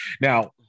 Now